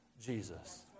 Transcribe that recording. Jesus